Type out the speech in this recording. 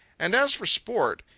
and as for sport,